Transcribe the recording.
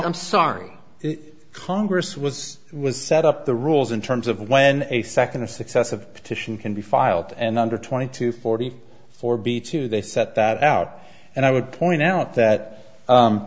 'm sorry if congress was was set up the rules in terms of when a second successive petition can be filed and under twenty two forty four b two they set that out and i would point out that